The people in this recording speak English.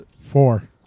Four